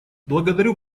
благодарю